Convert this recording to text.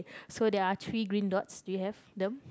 so there are three green dogs do you have them